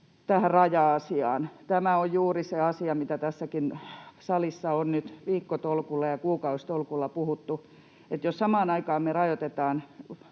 tähän raja-asiaan. Tämä on juuri se asia, mitä tässäkin salissa on nyt viikkotolkulla ja kuukausitolkulla puhuttu, että jos samaan aikaan me rajoitetaan